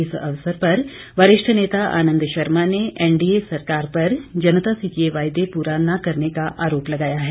इस अवसर पर वरिष्ठ नेता आनंद शर्मा ने एनडीए सरकार पर जनता से किए वायदे पूरा न करने का आरोप लगाया है